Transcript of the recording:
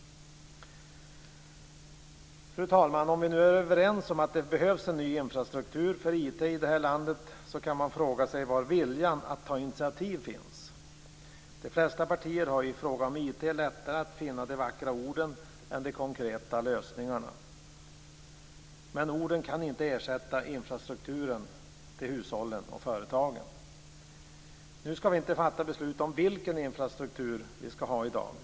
Fru talman! Om vi nu är överens om att det behövs en ny infrastruktur för IT i det här landet kan man fråga sig var viljan att ta initiativ finns. De flesta partier har i fråga om IT lättare att finna de vackra orden än de konkreta lösningarna, men orden kan inte ersätta infrastrukturen för hushållen och företagen. Nu skall vi inte fatta beslut om vilken infrastruktur som vi skall ha i dag.